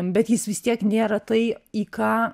bet jis vis tiek nėra tai į ką